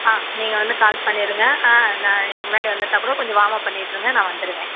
ஆ நீங்கள் வந்து கால் பண்ணிருங்க ஆ நான் எனக்கு முன்னாடி வந்துவிட்டா கூட கொஞ்சம் வார்ம் அப் பண்ணிகிட்டு இருங்க நான் வந்துருவேன்